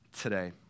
today